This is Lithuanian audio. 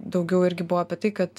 daugiau irgi buvo apie tai kad